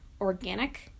organic